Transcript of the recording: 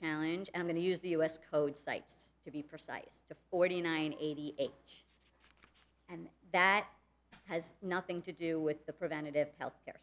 challenge i'm going to use the u s code cites to be precise to forty nine eighty eight and that has nothing to do with the preventative health care